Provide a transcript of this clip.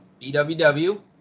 BWW